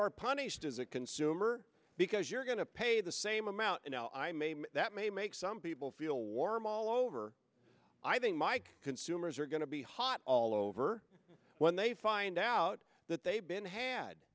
are punished as a consumer because you're going to pay the same amount now i made that may make some people feel warm all over i think mike consumers are going to be hot all over when they find out that they've been had